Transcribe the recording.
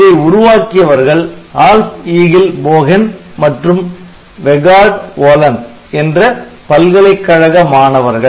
இதை உருவாக்கியவர்கள் Alf Egil Bogen மற்றும் Vegard Wollan என்ற பல்கலைக்கழக மாணவர்கள்